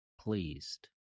pleased